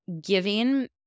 giving